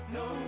no